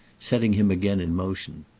setting him again in motion.